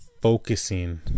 focusing